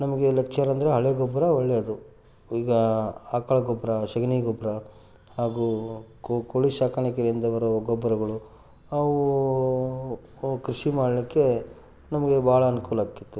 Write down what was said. ನಮಗೆ ಅಂದರೆ ಹಳೆ ಗೊಬ್ಬರ ಒಳ್ಳೆಯದು ಈಗ ಆಕಳು ಗೊಬ್ಬರ ಸಗಣಿ ಗೊಬ್ಬರ ಹಾಗು ಕೋಳಿ ಸಾಕಾಣಿಕೆಯಿಂದ ಬರುವ ಗೊಬ್ಬರಗಳು ಅವು ಅವು ಕೃಷಿ ಮಾಡಲಿಕ್ಕೆ ನಮಗೆ ಭಾಳ ಅನುಕೂಲ ಆಗ್ತಿತ್ತು